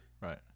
right